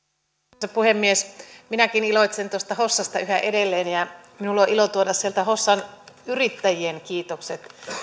arvoisa puhemies minäkin iloitsen tuosta hossasta yhä edelleen ja minulla on ilo tuoda hossan yrittäjien kiitokset